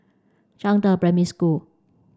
Zhangde Primary School